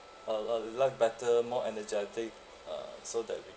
err life better more energetic ah so that we